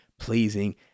pleasing